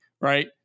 right